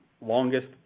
longest